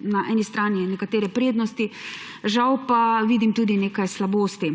na eni strani nekatere prednosti, žal pa vidim tudi nekaj slabosti.